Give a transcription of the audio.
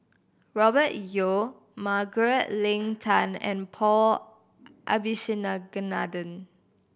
Robert Yeo Margaret Leng Tan and Paul